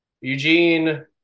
Eugene